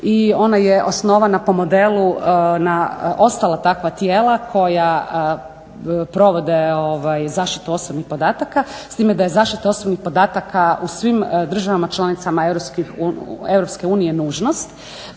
i ona je osnovana po modelu na ostala takva tijela koja provode zaštitu osobnih podataka, s time da je zaštita osobnih podataka u svim državama članicama Europske